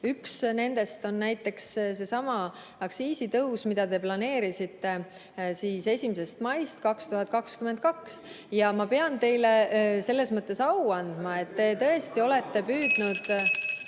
Üks nendest on näiteks seesama aktsiisitõus, mida te planeerisite 1. maist 2022. Ja ma pean teile selles mõttes au andma, et te tõesti olete püüdnud ...